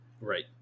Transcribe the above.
Right